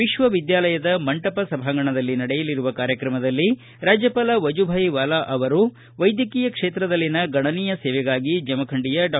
ವಿಶ್ವವಿದ್ದಾಲಯದ ಮಂಟಪ ಸಭಾಂಗಣದಲ್ಲಿ ನಡೆಯಲಿರುವ ಕಾರ್ಯಕ್ರಮದಲ್ಲಿ ರಾಜ್ಯಪಾಲ ವಜುಭಾಯಿ ವಾಲಾ ಅವರು ವೈದ್ಯಕೀಯ ಕ್ಷೇತ್ರದಲ್ಲಿನ ಗಣನೀಯ ಸೇವೆಗಾಗಿ ಜಮಖಂಡಿಯ ಡಾ